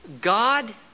God